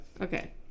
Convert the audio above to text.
Okay